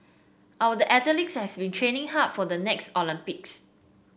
our athletes have been training hard for the next Olympics